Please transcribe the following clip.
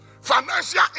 financial